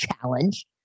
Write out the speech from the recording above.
challenge